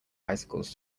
bicycles